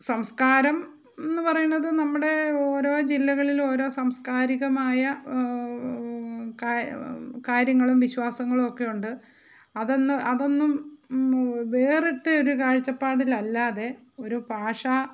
സംസ്കാരം എന്നു പറയുന്നത് നമ്മുടെ ഓരോ ജില്ലകളിലും ഓരോ സാംസ്കാരികമായ കാ കാര്യങ്ങളും വിശ്വാസങ്ങളും ഒക്കെ ഉണ്ട് അതൊന്ന് അതൊന്നും വേറിട്ട ഒരു കാഴ്ച്ചപ്പാടിൽ അല്ലാതെ ഒരു ഭാഷ